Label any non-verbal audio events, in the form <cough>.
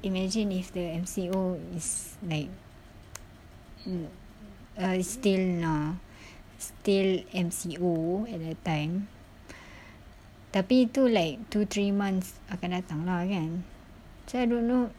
imagine if the M_C_O is like <noise> m~ uh is still na~ still M_C_O at that time tapi tu like two three months akan datang lah kan so I don't know